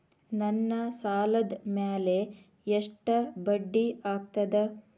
ನನ್ನ ಸಾಲದ್ ಮ್ಯಾಲೆ ಎಷ್ಟ ಬಡ್ಡಿ ಆಗ್ತದ?